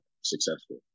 successful